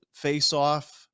faceoff